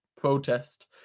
protest